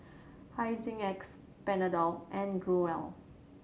Hygin X Panadol and Growell